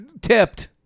tipped